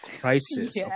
crisis